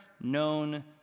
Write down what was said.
known